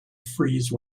freeze